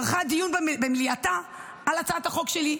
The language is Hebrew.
ערכה דיון במליאתה על הצעת החוק שלי,